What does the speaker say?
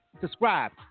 subscribe